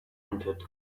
entered